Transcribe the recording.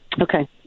Okay